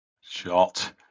Shot